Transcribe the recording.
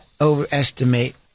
overestimate